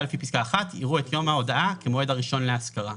יראו את יום ההודעה כמועד הראשון להשכרה.